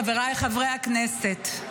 חבריי חברי הכנסת,